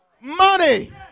money